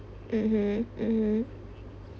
mmhmm mmhmm